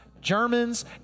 Germans